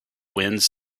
winds